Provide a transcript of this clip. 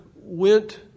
went